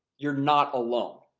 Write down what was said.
you're not alone.